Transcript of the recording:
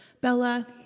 Bella